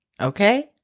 Okay